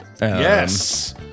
Yes